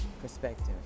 perspective